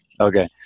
Okay